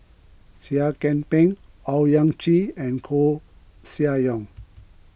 Seah Kian Peng Owyang Chi and Koeh Sia Yong